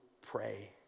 pray